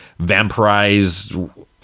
vampirize